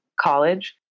college